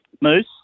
Moose